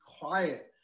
quiet